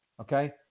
okay